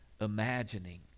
imagining